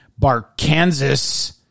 Barkansas